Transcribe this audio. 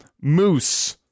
Moose